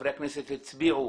חברי הכנסת הצביעו